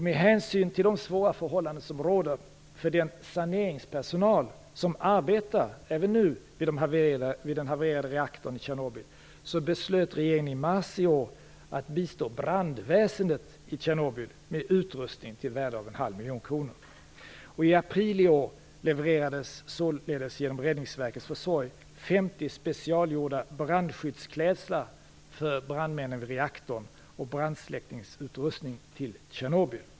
Med hänsyn till de svåra förhållanden som råder för den saneringspersonal som även nu arbetar vid den havererade reaktorn i Tjernobyl beslöt regeringen i mars i år att bistå brandväsendet i Tjernobyl med utrustning till ett värde av 500 000 kr. I april i år levererades således genom Räddningsverkets försorg Fru talman!